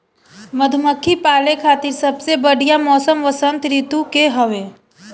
मधुमक्खी पाले खातिर सबसे बढ़िया मौसम वसंत ऋतू के हवे